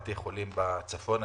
בבתי חולים בצפון.